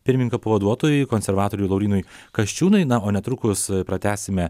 pirmininko pavaduotojui konservatoriui laurynui kasčiūnui na o netrukus pratęsime